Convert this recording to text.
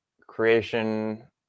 creation